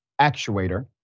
actuator